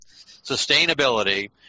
sustainability